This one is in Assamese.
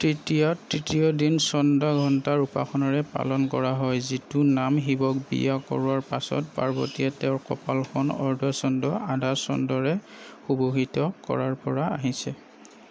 তৃতীয়া তৃতীয় দিন চন্দ্ৰঘণ্টাৰ উপাসনাৰে পালন কৰা হয় যিটো নাম শিৱক বিয়া কৰোৱাৰ পাছত পাৰ্বতীয়ে তেওঁৰ কপালখন অৰ্ধ চন্দ্ৰ আধা চন্দ্ৰৰে সুশোভিত কৰাৰ পৰা আহিছে